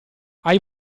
hai